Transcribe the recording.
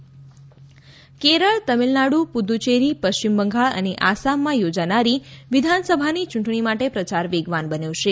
વિધાનસભા ચૂંટણી કેરળ તામિલનાડુ પુદ્દુચેરી પશ્ચિમ બંગાળ અને આસામમાં યોજનારી વિધાનસભાની ચૂંટણી માટે પ્રચાર વેગવાન બન્યો છે